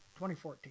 2014